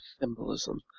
symbolism